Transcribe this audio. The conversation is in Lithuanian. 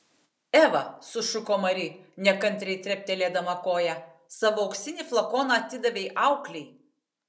eva sušuko mari nekantriai treptelėdama koja savo auksinį flakoną atidavei auklei